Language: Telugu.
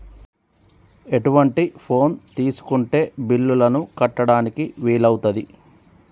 ఎటువంటి ఫోన్ తీసుకుంటే బిల్లులను కట్టడానికి వీలవుతది?